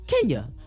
Kenya